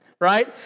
right